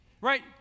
right